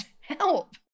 help